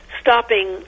stopping